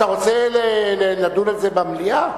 אתה רוצה לדון על זה במליאה?